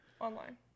Online